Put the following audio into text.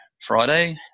Friday